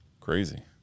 crazy